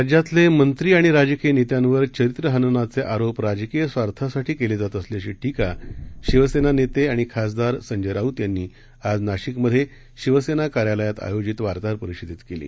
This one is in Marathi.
राज्यातील मंत्री आणि राजकीय नेत्यांवर चरित्र हननाचे आरोप राजकीय स्वार्थासाठी केले जात असल्याची टीका शिवसेना नेते आणि खासदार संजय राऊत यांनी आज नाशिकमध्ये शिवसेना कार्यालयात आयोजित वार्ताहर परिषदेत केली